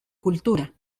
cultura